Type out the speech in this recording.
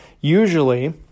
usually